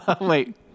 Wait